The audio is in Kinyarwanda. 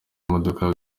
imodoka